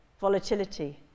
volatility